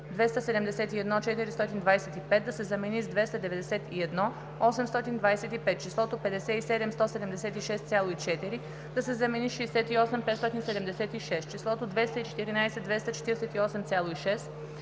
„271 425“ да се замени с „291 825“, числото „57 176,4“ да се замени с „68 576“, числото „214 248,6“